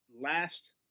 last